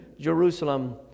Jerusalem